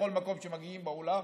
בכל מקום שאליו הם מגיעים בעולם,